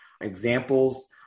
examples